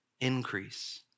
increase